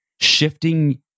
shifting